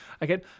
again